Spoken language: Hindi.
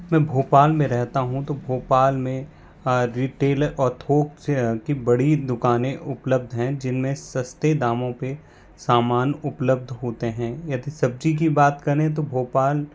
मैं भोपाल में रहता हूँ तो भोपाल में रिटेल और ठोक से की बड़ी दुकानें उपलब्ध हैं जिन में सस्ते दामों पर सामान उपलब्ध होते हैं यदि सब्ज़ी की बात करें तो भोपाल